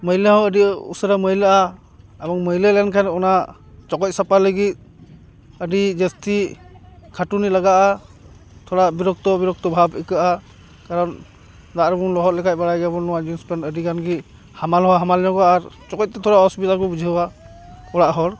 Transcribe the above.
ᱢᱟᱹᱭᱞᱟᱹ ᱦᱚᱸ ᱟᱹᱰᱤ ᱩᱥᱟᱹᱨᱟ ᱢᱟᱹᱭᱞᱟᱹᱜᱼᱟ ᱮᱵᱚᱝ ᱢᱟᱹᱭᱞᱟᱹ ᱞᱮᱱᱠᱷᱟᱱ ᱚᱱᱟ ᱪᱚᱠᱚᱡ ᱥᱟᱯᱟᱭ ᱞᱟᱹᱜᱤᱫ ᱟᱹᱰᱤ ᱡᱟᱹᱥᱛᱤ ᱠᱷᱟᱹᱴᱩᱱᱤ ᱞᱟᱜᱟᱜᱼᱟ ᱛᱷᱚᱲᱟ ᱵᱤᱨᱚᱠᱛᱚ ᱵᱤᱨᱚᱠᱛᱚ ᱵᱷᱟᱵᱽ ᱟᱹᱭᱠᱟᱹᱜᱼᱟ ᱠᱟᱨᱚᱱ ᱫᱟᱜ ᱨᱮᱵᱚᱱ ᱞᱚᱦᱚᱫ ᱞᱮᱠᱷᱟᱱ ᱵᱟᱲᱟᱭ ᱜᱮᱭᱟᱵᱚᱱ ᱱᱚᱣᱟ ᱡᱤᱱᱥ ᱯᱮᱱ ᱟᱹᱰᱤᱜᱟᱱ ᱜᱮ ᱦᱟᱢᱟᱞ ᱦᱚᱸ ᱦᱟᱢᱟᱞ ᱧᱚᱜᱚᱜᱼᱟ ᱟᱨ ᱪᱚᱠᱚᱡ ᱛᱮ ᱛᱷᱚᱲᱟ ᱚᱥᱵᱤᱫᱟ ᱠᱚ ᱵᱩᱡᱷᱟᱹᱣᱟ ᱚᱲᱟᱜ ᱦᱚᱲ